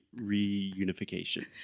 reunification